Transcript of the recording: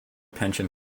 pension